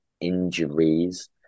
injuries